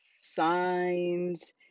signs